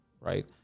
right